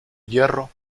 hierro